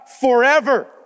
forever